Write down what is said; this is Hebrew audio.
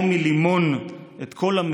לאחר שסוחטים ממנה כמו מלימון את כל המידע,